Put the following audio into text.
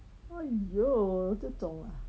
!aiyo! 这种 ah